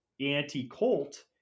anti-cult